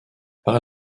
par